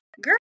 Girl